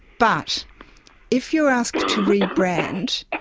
but if you are asked to rebrand,